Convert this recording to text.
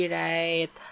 right